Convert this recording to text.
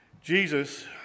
Jesus